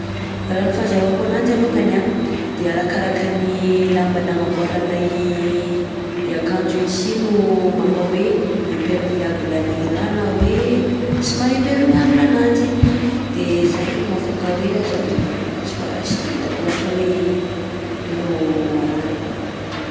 Raha ny fazahoako ananjy alongany a,de arakarakan'ny lamba nagnamboarana i akanjo igny sy no mampa hoe imperméable an'le raha na hoe tsy maha imperméable ananjy de zany no afaka hoe azavizaveko ananjy fa tsy de hitako loatra hoe ino arahany.